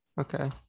Okay